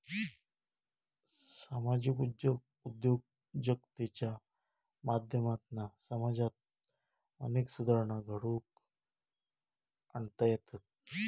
सामाजिक उद्योजकतेच्या माध्यमातना समाजात अनेक सुधारणा घडवुन आणता येतत